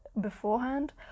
beforehand